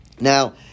Now